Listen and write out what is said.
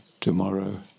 tomorrow